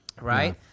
Right